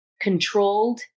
controlled